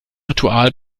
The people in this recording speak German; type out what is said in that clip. ritual